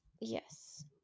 yes